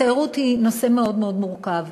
התיירות היא נושא מאוד מאוד מורכב,